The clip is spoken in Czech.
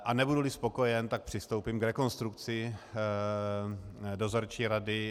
Nebuduli spokojen, tak přistoupím k rekonstrukci dozorčí rady.